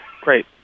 Great